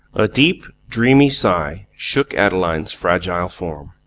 a deep, dreamy sigh shook adeline's fragile form.